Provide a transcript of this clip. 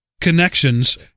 connections